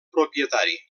propietari